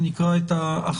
אני מציע שנקרא את ההכרזה.